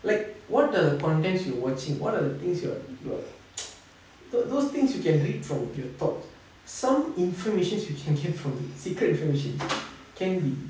like what are the contents you watching what are the things you are what those things you can read from your thoughts some information you can get from it secret information can be